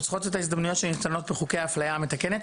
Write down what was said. אנחנו צריכות את ההזדמנויות שניתנות בחוקי האפליה המתקנת,